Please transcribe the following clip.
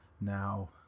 now